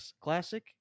Classic